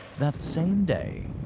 that same day,